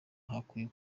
hakwiye